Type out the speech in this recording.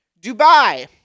Dubai